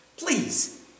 Please